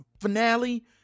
finale